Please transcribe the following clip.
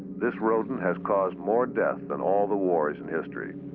this rodent has caused more death than all the wars in history.